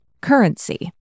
currency